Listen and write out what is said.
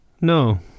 no